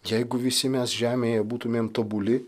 jeigu visi mes žemėje būtumėm tobuli